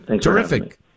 terrific